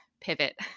pivot